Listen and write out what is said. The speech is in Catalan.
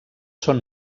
són